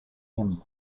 him